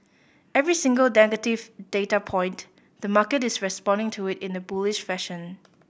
every single negative data point the market is responding to it in a bullish fashion